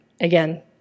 again